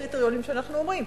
אלה הקריטריונים שאנחנו אומרים.